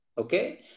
Okay